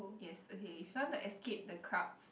is okay if you want to escape the crowds